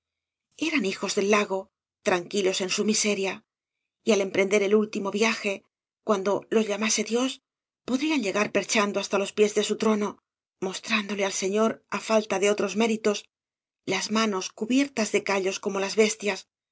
eran hijos dei lago tranquilos en su miseria y al emprender el último viaje cuando los liamase dios podrían llegar perchando hasta los pies de su trono mostrándole al señor á falta de otros méritos las manos cubiertas de callos como las bestias